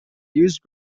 used